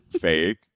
fake